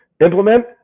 implement